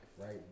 right